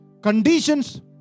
conditions